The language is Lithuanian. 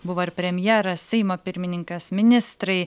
buvo ir premjeras seimo pirmininkas ministrai